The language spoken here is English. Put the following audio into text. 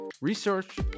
research